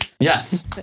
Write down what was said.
Yes